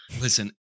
Listen